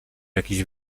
jakiś